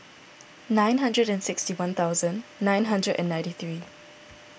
nine hundred and sixty one thousand nine hundred and ninety three